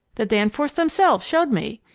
the danforths themselves showed me.